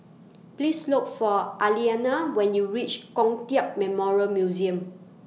Please Look For Aliana when YOU REACH Kong Tiap Memorial Museum